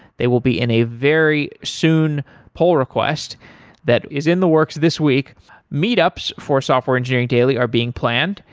they will be in a very soon poll request that is in the works this week meetups for software engineering daily are being planned.